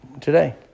Today